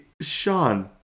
Sean